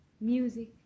music